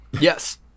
Yes